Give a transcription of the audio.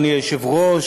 אדוני היושב-ראש,